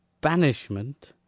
Banishment